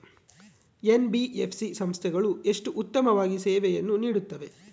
NBFC ಸಂಸ್ಥೆಗಳು ಎಷ್ಟು ಉತ್ತಮವಾಗಿ ಸೇವೆಯನ್ನು ನೇಡುತ್ತವೆ?